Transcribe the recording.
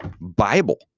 Bible